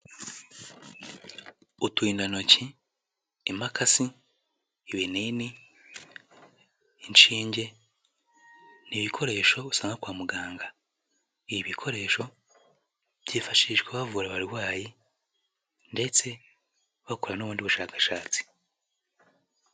Uturindantoki, imakasi, ibinini, inshinge; ni ibikoresho usanga kwa muganga, ibi bikoresho byifashishwa bavura abarwayi ndetse bakora n'ubundi bushakashatsi.